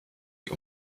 die